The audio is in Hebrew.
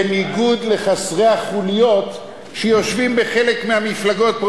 בניגוד לחסרי החוליות שיושבים בחלק מהמפלגות פה,